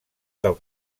del